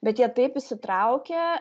bet jie taip įsitraukė